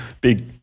Big